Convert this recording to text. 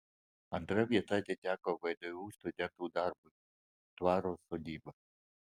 antra vieta atiteko vdu studentų darbui dvaro sodyba